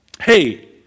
Hey